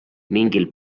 mingil